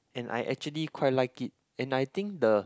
and I actually quite like it and I think the